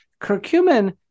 curcumin